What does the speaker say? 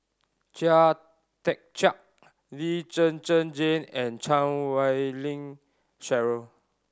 Chia Tee Chiak Lee Zhen Zhen Jane and Chan Wei Ling Cheryl